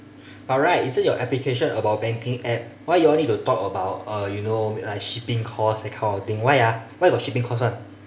but right isn't your application about banking app why you all need to talk about uh you know like shipping costs that kind of thing why ah why got shipping cost [one]